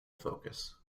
focus